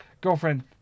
girlfriend